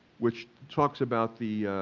which talks about the,